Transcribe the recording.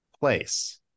place